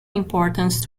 importance